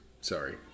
Sorry